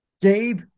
Gabe